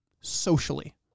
socially